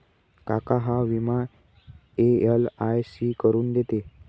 काका हा विमा एल.आय.सी करून देते